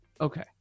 Okay